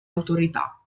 autorità